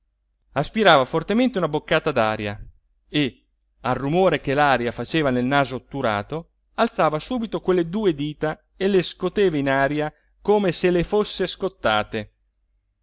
aspirava fortemente una boccata d'aria e al rumore che l'aria faceva nel naso otturato alzava subito quelle due dita e le scoteva in aria come se le fosse scottate